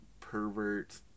pervert